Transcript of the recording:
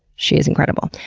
she is incredible.